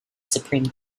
supreme